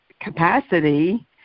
capacity